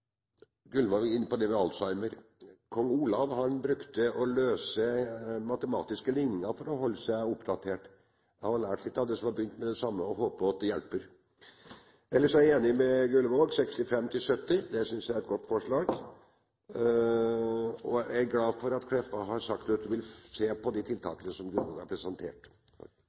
Gullvåg var inne på dette med Alzheimer. Kong Olav brukte å løse matematiske likninger for å holde seg oppdatert. Han hadde lært litt av noen som hadde begynt med det samme og håpet at det hjalp. Ellers er jeg enig med Gullvåg: Å endre oppfriskningskurset fra «Bilfører 65+» til «Bilfører 70+» synes jeg er et godt forslag. Jeg er glad for at Meltveit Kleppa har sagt at hun vil se på de tiltakene som Gullvåg har presentert.